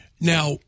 Now